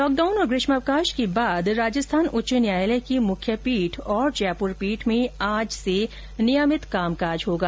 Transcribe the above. lockdown और ग्रीष्मावकाश के बाद राजस्थान उच्च न्यायालय की मुख्यपीठ तथा जयपूर पीठ में आज से नियमित कामकाज होगा